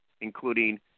including